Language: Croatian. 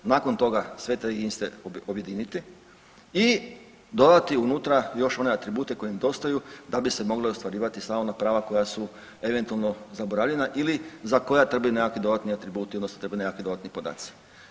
Nakon toga sve te registre objediniti i dodati unutra još one atribute koji nedostaju da bi se mogla ostvarivati sva ona prava koja su eventualno zaboravljena ili za koja trebaju nekakvi dodatni atributi, odnosno trebaju nekakvi dodatni podaci.